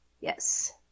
Yes